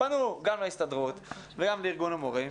פנו גם להסתדרות, וגם לארגון המורים.